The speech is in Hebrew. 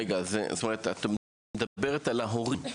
רגע, זאת אומרת את מדברת על ההורים.